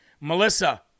Melissa